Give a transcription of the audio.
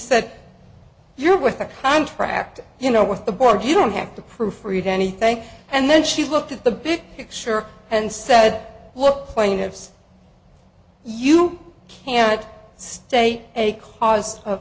said you're with a contract you know with the board you don't have to proofread anything and then she looked at the big picture and said look plaintiffs you can't state a cause